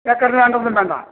ഏക്കറിന് രണ്ടൊന്നും വേണ്ട